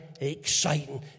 exciting